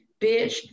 bitch